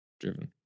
Driven